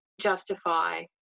justify